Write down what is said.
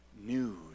news